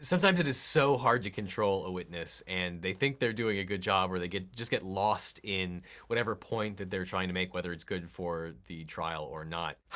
sometimes, it is so hard to control a witness, and they think they're doing a good job, or they just get lost in whatever point that they're trying to make, whether it's good for the trial or not.